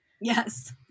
Yes